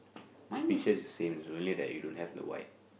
the pictures is same is only that you don't have the white